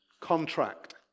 contract